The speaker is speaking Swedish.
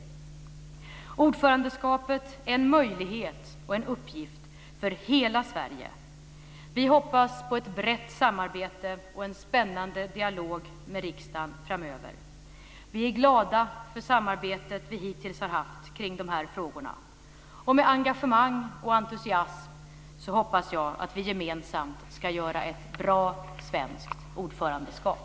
Ordförandeskapet är en möjlighet och en uppgift för hela Sverige. Vi hoppas på ett brett samarbete och en spännande dialog med riksdagen framöver. Vi är glada över samarbetet som vi hittills har haft kring dessa frågor. Och med engagemang och entusiasm så hoppas jag att vi gemensamt ska göra ett bra svenskt ordförandeskap.